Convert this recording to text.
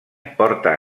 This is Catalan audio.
porta